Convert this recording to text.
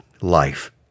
life